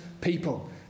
people